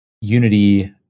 unity